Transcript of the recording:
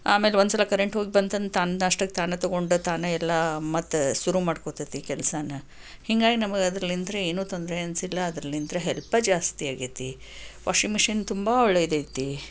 ಆಮೇಲೆ ಒಂದು ಸಲ ಕರೆಂಟ್ ಹೋಗಿ ಬಂತಂದ್ರೆ ತಾನೇ ತನ್ನಷ್ಟಕ್ಕೆ ತಾನೇ ತಗೊಂಡ ತಾನೇ ಎಲ್ಲ ಮತ್ತೆ ಶುರು ಮಾಡ್ಕೋತೈತಿ ಕೆಲಸಾನ ಹೀಗಾಗಿ ನಮಗದ್ರಲ್ಲಿಂದ್ರೆ ಏನೂ ತೊಂದರೆ ಅನಿಸಿಲ್ಲ ಅದ್ರಲ್ಲಿಂದ್ರೆ ಹೆಲ್ಪ ಜಾಸ್ತಿ ಆಗೈತಿ ವಾಷಿಂಗ್ ಮೆಷೀನ್ ತುಂಬ ಒಳ್ಳೆದೈತಿ